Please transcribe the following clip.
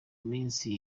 minsi